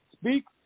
Speak